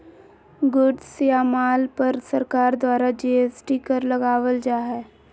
goods या माल पर सरकार द्वारा जी.एस.टी कर लगावल जा हय